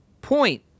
point